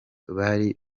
bari